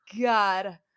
God